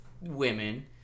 women